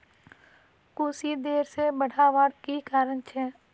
कुशी देर से बढ़वार की कारण छे?